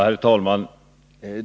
Herr talman!